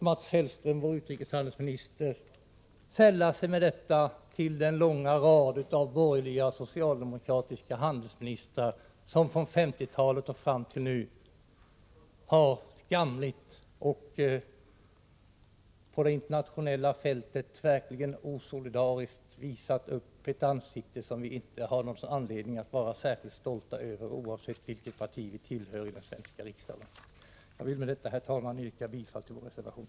Mats Hellström, vår utrikeshandelsminister, sällar sig med detta till den långa raden av borgerliga och socialdemokratiska handelsministrar som från 1950-talet och fram till nu, skamligt och på det internationella fältet verkligen osolidariskt, visat upp ett ansikte som vi inte har någon anledning att vara särskilt stolta över, oavsett vilket parti i den svenska riksdagen som vi tillhör. Jag vill med detta, herr talman, yrka bifall till vår reservation.